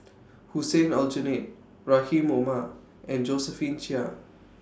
Hussein Aljunied Rahim Omar and Josephine Chia